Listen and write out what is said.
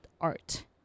art